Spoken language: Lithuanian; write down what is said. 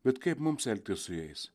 bet kaip mums elgtis su jais